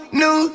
new